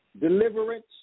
deliverance